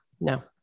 No